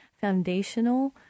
foundational